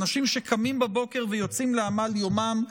אנשים שקמים בבוקר ויוצאים לעמל יומם,